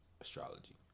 astrology